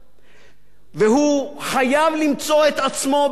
והוא חייב למצוא את עצמו בכל זמן,